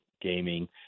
Gaming